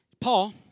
Paul